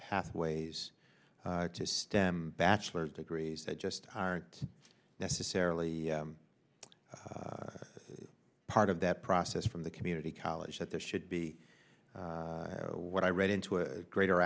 pathways to stem bachelor's degrees that just aren't necessarily part of that process from the community college that there should be what i read into a greater